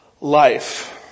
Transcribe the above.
life